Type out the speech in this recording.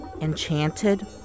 enchanted